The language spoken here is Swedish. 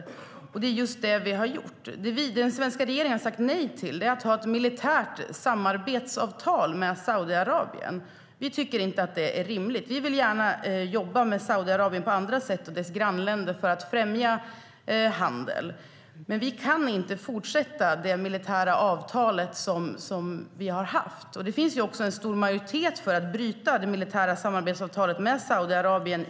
Och det är just det vi har använt den till. Det som den svenska regeringen har sagt nej till är att ha ett militärt samarbetsavtal med Saudiarabien. Vi tycker inte att det är rimligt. Vi vill gärna jobba med Saudiarabien och dess grannländer på andra sätt för att främja handel. Men vi kan inte fortsätta med att ha det militära avtal som vi har haft. Det finns också en stor majoritet i Sveriges riksdag för att bryta det militära samarbetsavtalet med Saudiarabien.